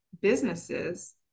businesses